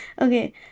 Okay